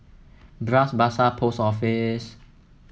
Bras Basah Post Office